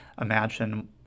imagine